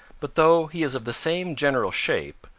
but though he is of the same general shape,